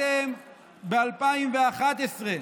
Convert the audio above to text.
אתם ב-2011,